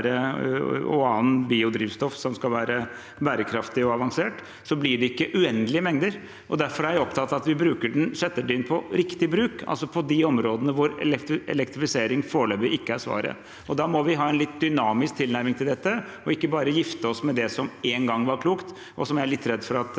av annet biodrivstoff som skal være bærekraftig og avansert, uendelige mengder. Derfor er jeg opptatt av at vi setter det inn på riktig bruk, altså på de områdene hvor elektrifisering foreløpig ikke er svaret. Da må vi ha en litt dynamisk tilnærming til dette og ikke bare gifte oss med det som en gang var klokt, og som jeg er litt redd for at